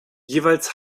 jeweils